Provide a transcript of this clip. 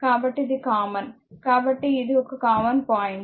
కాబట్టి ఇది కామన్ కాబట్టి ఇది ఒక కామన్ పాయింట్